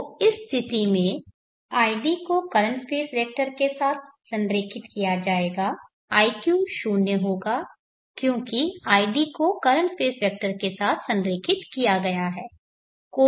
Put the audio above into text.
तो इस स्थिति में id को करंट स्पेस वेक्टर के साथ संरेखित किया जाएगा iq 0 होगा क्योंकि id को करंट स्पेस वेक्टर के साथ संरेखित किया गया है